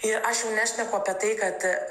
ir aš jau nešneku apie tai kad